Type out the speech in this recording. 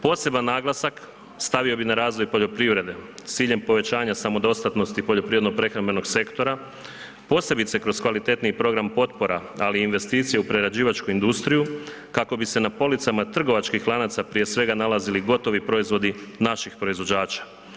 Poseban naglasak stavio na razvoj poljoprivrede s ciljem povećanja samodostatnosti poljoprivredno-prehrambenog sektora, posebice kroz kvalitetniji program potpora, ali i investicije u prerađivačku industriju, kako bi se na policama trgovačkih lanaca, prije svega, nalazili gotovi proizvodi naših proizvođača.